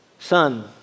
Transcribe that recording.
Son